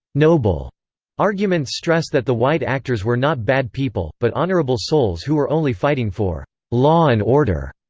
noble arguments stress that the white actors were not bad people, but honorable souls who were only fighting for law and order.